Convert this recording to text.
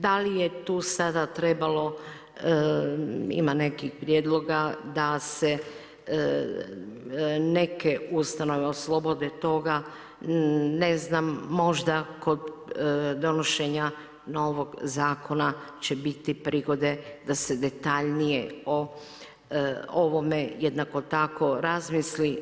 Da li je tu sada trebalo ima nekih prijedloga da se neke ustanove oslobode toga, ne znam, možda kod donošenja novog zakona će biti prigode da se detaljnije o ovome jednako tako razmisli.